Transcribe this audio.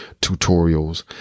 tutorials